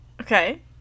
Okay